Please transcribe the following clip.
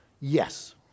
Yes